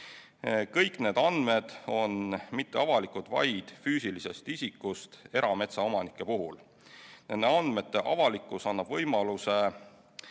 Kõik need andmed on mitteavalikud vaid füüsilisest isikust erametsaomanike puhul. Nende andmete avalikkus annab